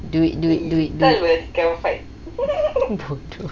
do it do it do it babi